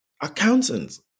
accountants